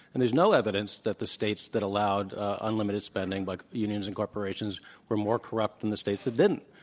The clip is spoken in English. and there's no evidence that the states that allowed unlimited spending by unions and corporations were more corrupt than the states that didn't.